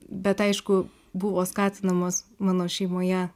bet aišku buvo skatinamos mano šeimoje